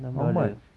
enam dollar